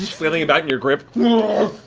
flailing about in your grip.